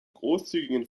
großzügigen